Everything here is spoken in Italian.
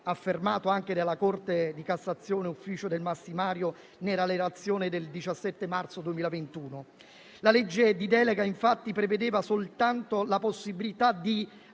affermato anche dalla Corte di cassazione, ufficio del massimario, nella relazione del 17 marzo 2021. La legge di delega, infatti, prevedeva soltanto la possibilità di